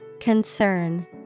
Concern